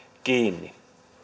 kiinni